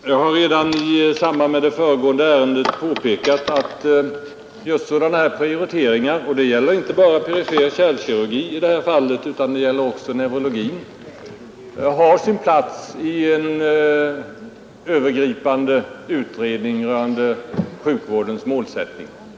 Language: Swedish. Herr talman! Jag har redan i samband med det föregående ärendet påpekat att just sådana här prioriteringar — det gäller inte bara perifer kärlkirurgi utan även neurologi — har sin plats i en övergripande utredning rörande sjukvårdens målsättning.